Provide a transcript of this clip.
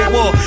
War